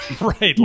Right